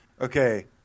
okay